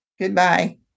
Goodbye